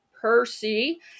Percy